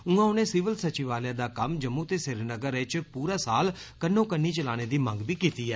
उआं उनें सिविल सचिवालय दा कम्म जम्मू ते श्रीनगर च पूरा साल कनोकन्नी चलाने दी मंग बी कीती ऐ